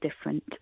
different